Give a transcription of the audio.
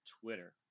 Twitter